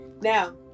Now